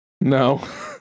No